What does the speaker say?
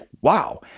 wow